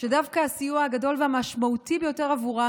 שדווקא הסיוע הגדול והמשמעותי ביותר בעבורם